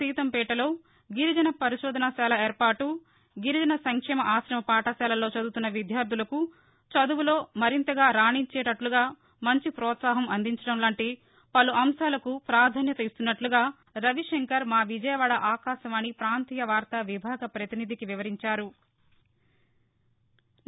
సీతంపేటలో గిరిజన పదర్శనశాల ఏర్పాటు గిరిజన సంక్షేమ ఆకమ పాఠశాలల్లో చదువుతున్న విద్యార్యలకు చదువులో మరింతగా రాణించేటట్లుగా మంచి ప్రోత్సాహం అందించడం లాంటి పలు అంశాలకు ప్రాధాస్యత ఇస్తున్నట్లుగా రవిశంకర్ మా విజయవాడ ఆకాశవాణి ప్రాంతీయ వార్తా విభాగ పతినిధికి వివరించారు